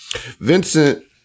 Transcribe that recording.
Vincent